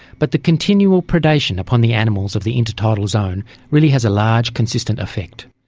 but the continual predation upon the animals of the intertidal zone really has a large consistent effect.